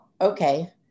okay